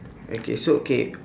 okay so okay